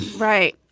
right.